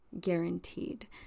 guaranteed